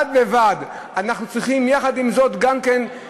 בד בבד אנחנו צריכים גם להכביד,